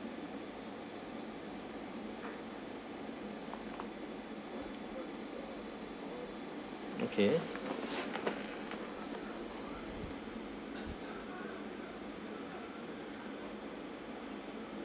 okay